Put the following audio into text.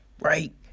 right